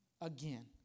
again